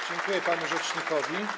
Dziękuję panu rzecznikowi.